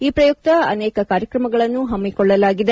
ಈ ಪ್ರಯುಕ್ತ ಅನೇಕ ಕಾರ್ಯಕ್ರಮಗಳನ್ನು ಪಮ್ಮಕೊಳ್ಳಲಾಗಿದೆ